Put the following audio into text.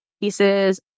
pieces